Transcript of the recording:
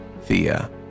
Thea